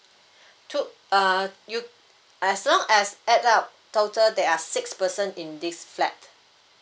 two err you as long as add up total there are six person in this flat